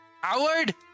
Howard